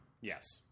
Yes